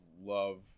love